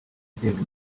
igenga